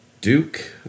Duke